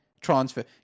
transfer